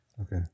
Okay